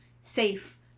safe